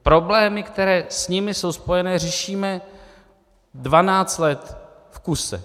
Problémy, které s nimi jsou spojené, řešíme 12 let v kuse.